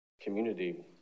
community